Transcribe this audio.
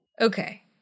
Okay